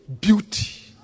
beauty